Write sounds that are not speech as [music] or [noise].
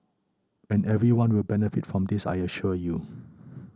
and everyone will benefit from this I assure you [noise]